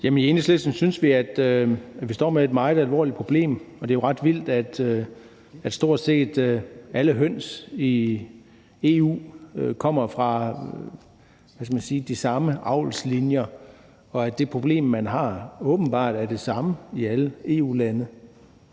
(EL): I Enhedslisten synes vi, at vi står med et meget alvorligt problem. Det er jo ret vildt, at stort set alle høns i EU kommer fra – hvad skal man sige – de samme avlslinjer, og at det problem, man har, åbenbart er det samme i alle EU-landene.